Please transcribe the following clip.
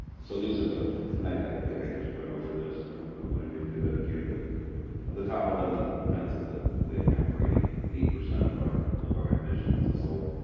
so these are the and i think i just went over this. i don't know that i need to do that again. but of the top eleven offenses they account for eighty eight percent of our of our admissions assault,